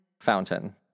Fountain